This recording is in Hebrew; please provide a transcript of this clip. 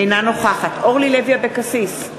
אינה נוכחת אורלי לוי אבקסיס,